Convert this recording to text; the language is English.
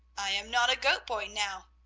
i am not a goat-boy now.